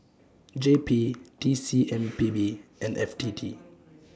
J P T C M P B and F T T